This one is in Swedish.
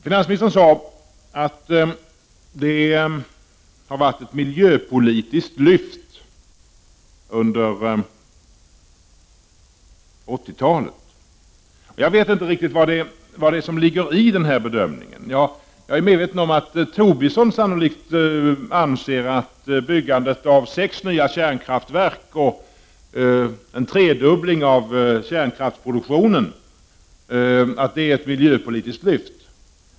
Finansministern sade att det har skett ett miljöpolitiskt lyft under 1980 talet. Jag vet inte riktigt vad som ligger i den bedömningen. Däremot är jag medveten om att Lars Tobisson sannolikt anser att byggandet av sex nya kärnkraftverk och en tredubbling av kärnkraftsproduktionen är ett miljöpolitiskt lyft.